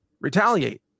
retaliate